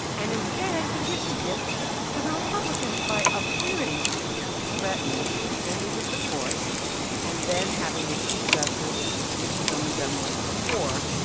and instead, he gives a gift to the republicans by appearing to threaten members of the court and then having the chief justice, which he's only done once before,